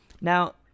Now